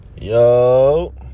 Yo